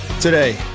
today